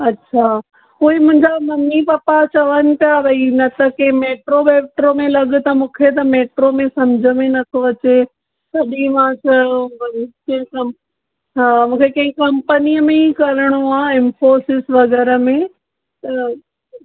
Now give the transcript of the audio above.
अछा उहोई मुंहिंजा ममी पापा चवनि पिया बई न त कंहिं मैट्रो वैट्रो में लॻु त मूंखे त मैट्रो में समुझ मे नथो अचे तॾहिं मां चयो भई के कम्प हा मूंखे कंहिं कंपनीअ में ई करिणो आहे इम्फोर्सिस वग़ैरह में त